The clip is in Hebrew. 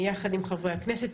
יחד עם חברי הכנסת,